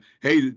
hey